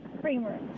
creamer